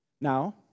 Now